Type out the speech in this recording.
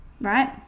right